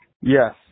Yes